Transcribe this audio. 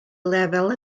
lefel